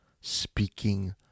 speaking